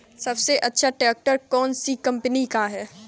सबसे अच्छा ट्रैक्टर कौन सी कम्पनी का है?